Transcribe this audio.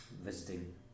visiting